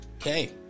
Okay